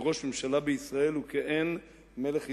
וראש ממשלה בישראל הוא כעין מלך ישראל.